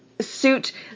suit